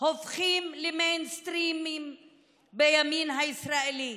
הופכים למיינסטרים בימין הישראלי.